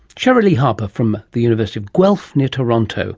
sherlilee harper from the university of guelph near toronto